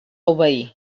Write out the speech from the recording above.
obeir